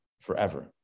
forever